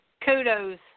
Kudos